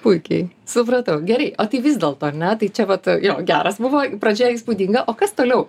puikiai supratau gerai o tai vis dėlto ar ne tai čia vat jo geras buvo pradžia įspūdinga o kas toliau